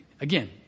Again